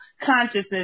consciousness